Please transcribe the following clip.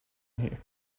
here